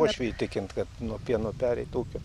uošviui įtikint kad nuo pieno pereit ūkio